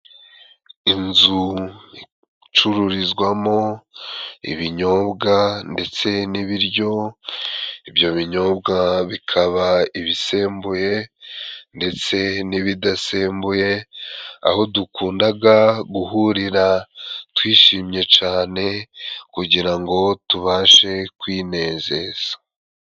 Inzu icururizwamo ibinyobwa ndetse n'ibiryo， ibyo binyobwa bikaba ibisembuye ndetse n'ibidasembuye，aho dukundaga guhurira twishimye cane，kugira ngo tubashe kwinezeza.